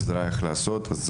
לקבלת עזרה בנושא, וזה